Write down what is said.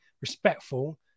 respectful